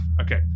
Okay